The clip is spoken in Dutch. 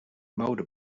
mode